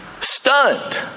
stunned